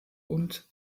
und